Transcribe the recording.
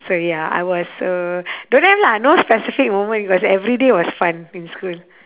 sorry ah I was uh don't have lah no specific moment because every day was fun in school